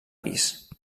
pis